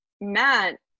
Matt